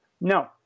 No